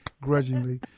grudgingly